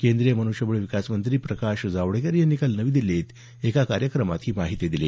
केंद्रीय मनुष्यबळ विकास मंत्री प्रकाश जावडेकर यांनी काल नवी दिल्लीत एका कार्यक्रमात ही माहिती दिली